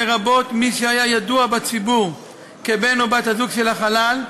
לרבות מי שהיה ידוע בציבור כבן או בת הזוג של החלל,